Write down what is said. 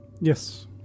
Yes